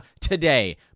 today